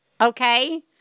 okay